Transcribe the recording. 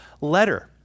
letter